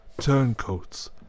turncoats